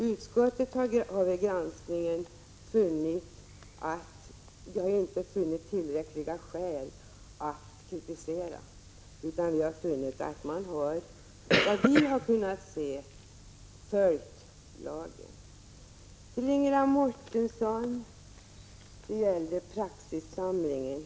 Utskottsmajoriteten har vid sin granskning inte funnit tillräckliga motiv för att framföra kritik, utan såvitt vi kunnat se har lagen följts. Till Ingela Mårtensson vill jag säga några ord när det gäller praxissamlingen.